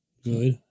Good